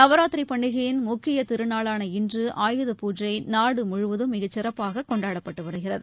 நவராத்திரி பண்டிகையின் முக்கிய திருநாளான இன்று ஆயுத பூஜை நாடு முழுவதும் மிகச் சிறப்பாக கொண்டாடப்பட்டு வருகிறது